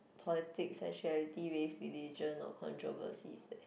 politics sexuality race religion or controversy leh